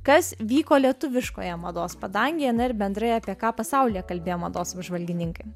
kas vyko lietuviškoje mados padangėje na ir bendrai apie ką pasaulyje kalbėjo mados apžvalgininkai